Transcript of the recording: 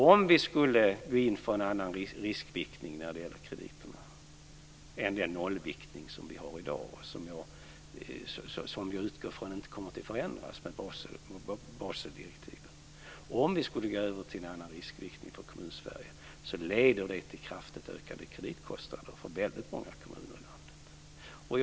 Om vi skulle gå in för en annan riskviktning för Kommunsverige när det gäller krediterna och lämna den nollviktning som vi har i dag - vi utgår ifrån att det inte kommer att förändras i och med Baseldirektiven - leder det till kraftigt ökade kreditkostnader för väldigt många kommuner i landet.